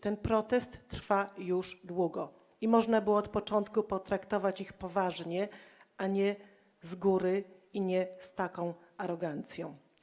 Ten protest trwa już długo i można było od początku potraktować ich poważnie, a nie z góry i nie z taką arogancją.